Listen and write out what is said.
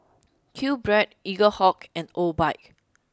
QBread Eaglehawk and Obike